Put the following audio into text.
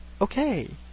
okay